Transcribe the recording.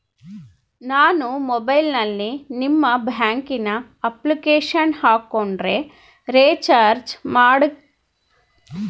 ನಾನು ಮೊಬೈಲಿನಲ್ಲಿ ನಿಮ್ಮ ಬ್ಯಾಂಕಿನ ಅಪ್ಲಿಕೇಶನ್ ಹಾಕೊಂಡ್ರೆ ರೇಚಾರ್ಜ್ ಮಾಡ್ಕೊಳಿಕ್ಕೇ ಅವಕಾಶ ಐತಾ?